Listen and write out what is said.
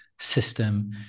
system